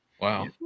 Wow